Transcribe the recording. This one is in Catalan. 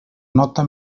nota